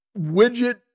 Widget